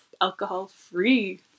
alcohol-free